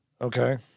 Okay